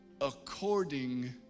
according